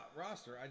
roster